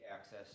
access